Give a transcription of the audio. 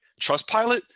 Trustpilot